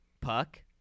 Puck